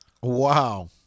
Wow